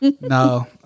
no